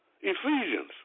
Ephesians